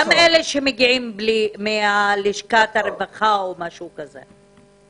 גם אלה שמגיעים מלשכת הרווחה או משהו כזה.